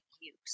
use